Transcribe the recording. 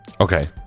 Okay